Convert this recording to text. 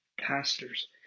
pastors